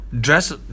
dress